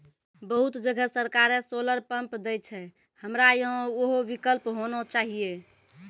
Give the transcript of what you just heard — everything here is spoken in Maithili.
बहुत जगह सरकारे सोलर पम्प देय छैय, हमरा यहाँ उहो विकल्प होना चाहिए?